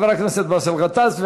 חבר הכנסת באסל גטאס,